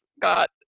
got